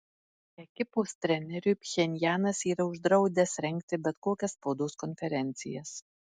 ekipos treneriui pchenjanas yra uždraudęs rengti bet kokias spaudos konferencijas